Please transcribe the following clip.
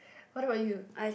what about you